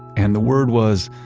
and the word was,